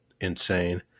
insane